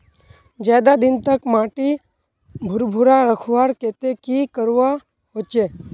ज्यादा दिन तक माटी भुर्भुरा रखवार केते की करवा होचए?